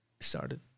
started